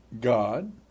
God